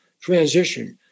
transition